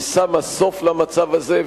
היא שמה סוף למצב הזה,